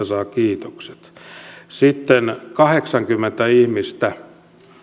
saa kiitokset sitten kahdeksankymmentä ihmistä